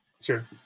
sure